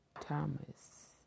Thomas